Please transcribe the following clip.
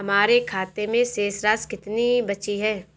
हमारे खाते में शेष राशि कितनी बची है?